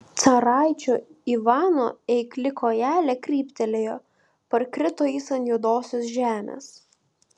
caraičio ivano eikli kojelė kryptelėjo parkrito jis ant juodosios žemės